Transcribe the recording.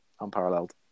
unparalleled